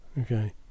okay